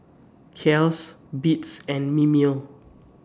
Kiehl's Beats and Mimeo